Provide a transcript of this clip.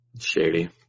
Shady